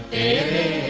a